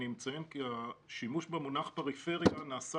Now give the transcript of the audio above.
אני מציין כי השימוש במונח "פריפריה" נעשה